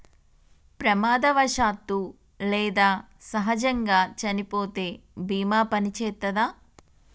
ప్రమాదవశాత్తు లేదా సహజముగా చనిపోతే బీమా పనిచేత్తదా?